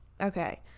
Okay